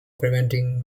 preventing